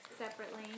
Separately